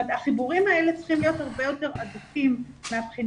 החיבורים האלה צריכים להיות הרבה יותר הדוקים מהבחינה